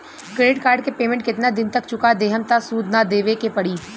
Credit card के payment केतना दिन तक चुका देहम त सूद ना देवे के पड़ी?